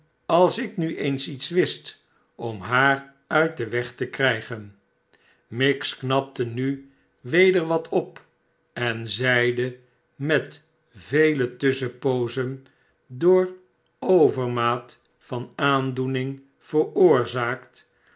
als ik nu eens iets wist om haar uit den weg te krijgen miggs knapte nu weder wat op en zeide met vele tusschenpoozen door overmaat van aandoening veroorzaakt